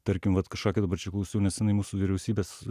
tarkim vat kažkokį dabar čia klausiau nesenai mūsų vyriausybės